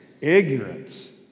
ignorance